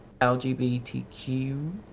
lgbtq